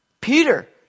Peter